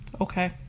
Okay